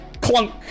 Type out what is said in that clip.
clunk